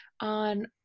on